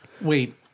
Wait